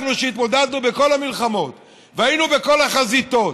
אנחנו, שהתמודדנו בכל המלחמות והיינו בכל החזיתות,